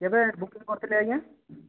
କେବେ ବୁକିଂ କରିଥିଲେ ଆଜ୍ଞା